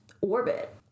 orbit